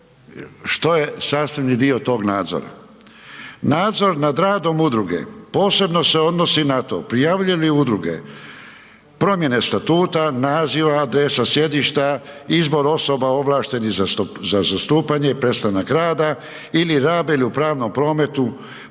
što je sastavni dio tog nadzora. Nadzor nad radom udruge posebno se odnosi na to prijavljuju li udruge promjene statusa, naziva, adresa sjedišta, izbor osoba ovlaštenih za zastupanje i prestanak rada ili rabe li u pravnom prometu